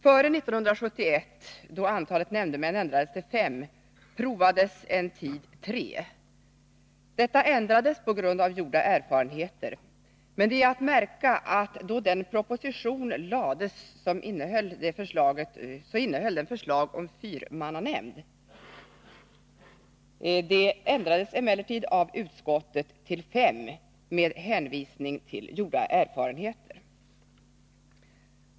Före 1971, då antalet nämndemän ändrades till fem, provades en tid tre. Detta ändrades på grund av gjorda erfarenheter, men det är att märka, att då propositionen framlades, innehöll den förslag om fyrmannanämnd, vilket utskottet ändrade till fem med hänvisning till gjorda erfarenheter.